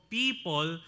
people